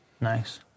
Nice